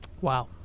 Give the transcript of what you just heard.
Wow